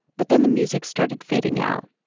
but then the music started fading out.